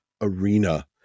arena